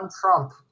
Trump